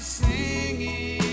singing